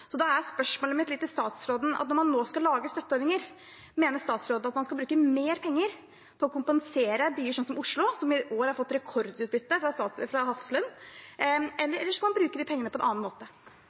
Da er spørsmålet mitt til statsråden: Når man nå skal lage støtteordninger, mener statsråden at man skal bruke mer penger på å kompensere byer som Oslo, som i år har fått rekordutbytte fra Hafslund, eller skal man bruke de pengene på en annen måte?